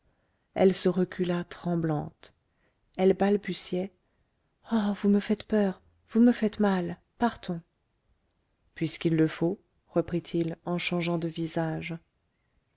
elle se recula tremblante elle balbutiait oh vous me faites peur vous me faites mal partons puisqu'il le faut reprit-il en changeant de visage